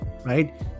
right